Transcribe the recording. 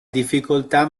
difficoltà